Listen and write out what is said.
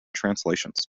translations